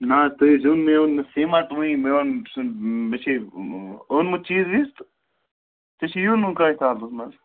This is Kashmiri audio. نہ حظ تُہۍ مےٚ اوٚن نہٕ سیٖمَٹ وٕنۍ مےٚ اوٚن سُہ مےٚ چھِ اوٚنمُت چیٖز ویٖز تہٕ ژےٚ چھُے یُن منٛز